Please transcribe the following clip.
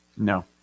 No